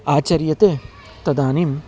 आचर्यते तदानीं